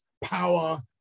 power